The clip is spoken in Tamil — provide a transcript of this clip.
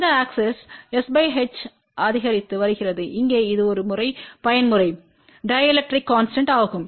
இந்த ஆக்ஸிஸ் s h அதிகரித்து வருகிறது இங்கே இது ஒரு முறை பயன்முறை டிஎலெக்ட்ரிக் கான்ஸ்டன்ட் ஆகும்